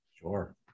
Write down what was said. Sure